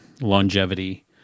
longevity